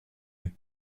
est